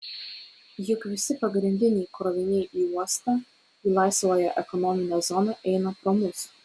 juk visi pagrindiniai kroviniai į uostą į laisvąją ekonominę zoną eina pro mus